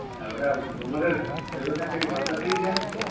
ওটা গ্রো মোরের জৈব সারটা কি বস্তাতেই দেওয়া হচ্ছে